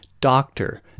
doctor